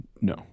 No